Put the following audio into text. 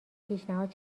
پیشنهاد